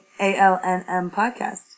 alnmpodcast